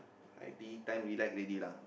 I_T_E time relax already lah